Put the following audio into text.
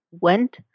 went